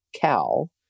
cow